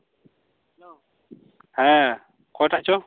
ᱦᱮᱸ ᱚᱠᱚᱭᱴᱟᱜ ᱪᱚᱝ